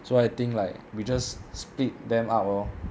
so I think like we just split them up lor